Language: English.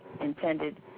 intended